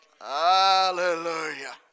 Hallelujah